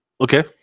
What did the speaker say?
Okay